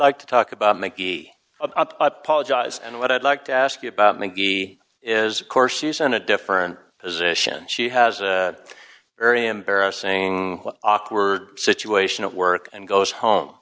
like to talk about mickey apologized and what i'd like to ask you about mcgee is courses in a different position she has a very embarrassing awkward situation at work and goes home